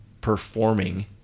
performing